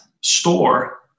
store